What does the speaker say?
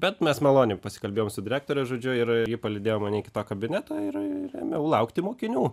bet mes maloniai pasikalbėjom su direktore žodžiu ir ji palydėjo mane iki to kabineto ir ėmiau laukti mokinių